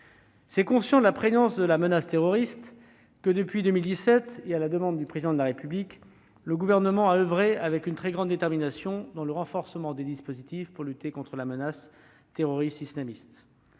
C'est conscient de la prégnance de la menace terroriste que, depuis 2017, à la demande du Président de la République, le Gouvernement a oeuvré avec une très grande détermination au renforcement des dispositifs pour lutter contre le terrorisme islamiste.